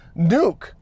Nuke